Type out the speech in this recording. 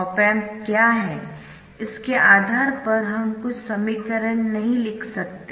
op amp क्या है इसके आधार पर हम कुछ समीकरण नहीं लिख सकते